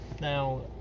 now